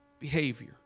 behavior